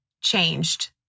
changed